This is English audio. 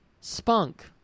spunk